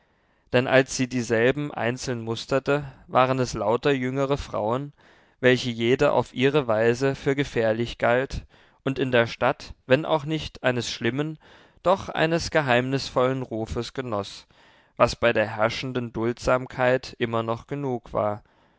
denn als sie dieselben einzeln musterte waren es lauter jüngere frauen welche jede auf ihre weise für gefährlich galt und in der stadt wenn auch nicht eines schlimmen doch eines geheimnisvollen rufes genoß was bei der herrschenden duldsamkeit immer noch genug war